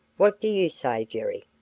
what do you say, jerry?